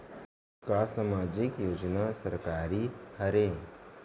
का सामाजिक योजना सरकारी हरे?